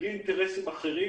בלי אינטרסים אחרים.